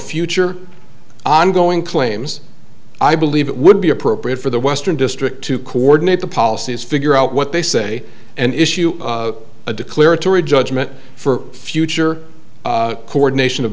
future ongoing claims i believe it would be appropriate for the western district to coordinate the policies figure out what they say and issue a declaratory judgment for future coordination of